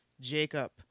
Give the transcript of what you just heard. Jacob